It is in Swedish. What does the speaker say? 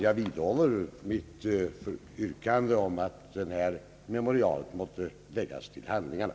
Jag vidhåller mitt yrkande att detta memorial måtte läggas till handlingarna.